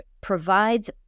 provides